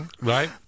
Right